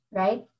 right